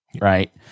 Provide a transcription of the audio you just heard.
right